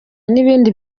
n’ibindi